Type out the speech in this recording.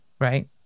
Right